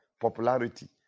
popularity